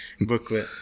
booklet